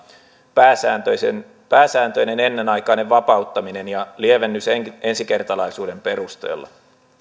pääsääntöinen pääsääntöinen ennenaikainen vapauttaminen ja lievennys ensikertalaisuuden perusteella